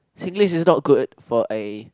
Singlish not good for A